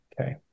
okay